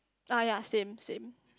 ah ya same same